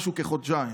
משהו כחודשיים.